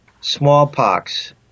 smallpox